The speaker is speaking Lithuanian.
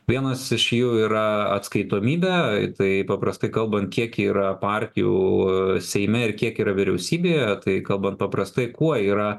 vienas iš jų yra atskaitomybė tai paprastai kalbant kiek yra partijų seime ir kiek yra vyriausybėje tai kalbant paprastai kuo yra